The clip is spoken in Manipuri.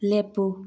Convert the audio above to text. ꯂꯦꯞꯄꯨ